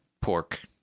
pork